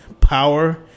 power